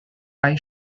ice